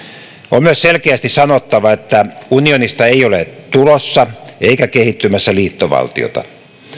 on myös selkeästi sanottava että unionista ei ole tulossa eikä kehittymässä liittovaltiota